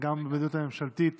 גם במדיניות הממשלתית